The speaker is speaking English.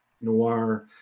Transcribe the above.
Noir